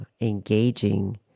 engaging